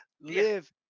live